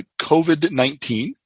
COVID-19